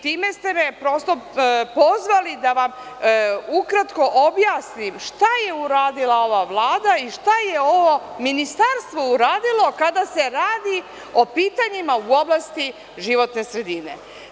Time ste me pozvali da vam ukratko objasnim šta je uradila ova Vlada i šta je ovo Ministarstvo uradilo kada se radi o pitanjima u oblasti životne sredine.